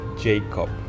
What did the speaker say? Jacob